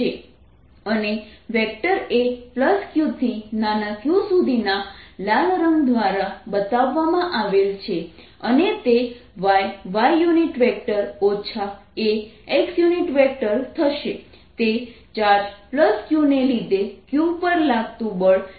અને વેક્ટર એ Q થી નાના q સુધીના લાલ રંગ દ્વારા બતાવવામાં આવેલ છે અને તે yy ax થશે તે ચાર્જ Q ને લીધે q પર લાગતું બળ F1 છે